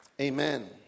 Amen